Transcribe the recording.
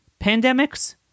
pandemics